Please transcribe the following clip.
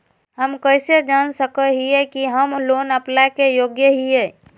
हम कइसे जान सको हियै कि हम लोन अप्लाई के योग्य हियै?